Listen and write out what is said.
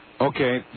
okay